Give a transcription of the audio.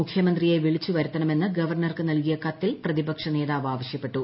മുഖ്യമന്ത്രിയെ വിളിച്ചു വരുത്തണമെന്ന് ഗവർണർക്ക് നൽകിയ കത്തിൽ പ്രതിപക്ഷ നേതാവ് ആവശ്യപ്പെട്ടു